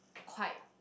quite